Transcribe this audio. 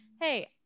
hey